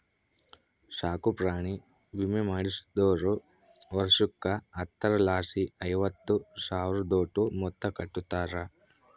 ಸಾಕುಪ್ರಾಣಿ ವಿಮೆ ಮಾಡಿಸ್ದೋರು ವರ್ಷುಕ್ಕ ಹತ್ತರಲಾಸಿ ಐವತ್ತು ಸಾವ್ರುದೋಟು ಮೊತ್ತ ಕಟ್ಟುತಾರ